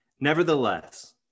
Nevertheless